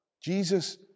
Jesus